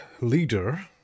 leader